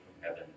heaven